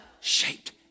shaped